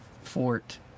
Fort